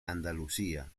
andalucía